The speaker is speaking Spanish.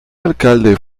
alcalde